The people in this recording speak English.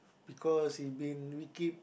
because he been we keep